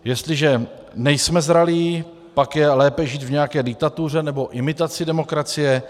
Jestliže nejsme zralí, pak je lépe žít v nějaké diktatuře nebo imitaci demokracie.